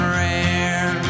rare